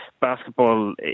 basketball